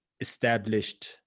established